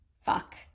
fuck